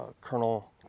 colonel